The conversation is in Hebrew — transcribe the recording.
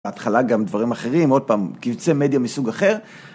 בהתחלה גם דברים אחרים, עוד פעם קבצי מדיה מסוג אחר.